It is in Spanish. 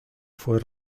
fue